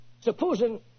Supposing